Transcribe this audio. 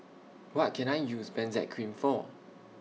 What Can I use Benzac Cream For